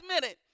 minute